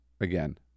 again